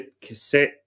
cassette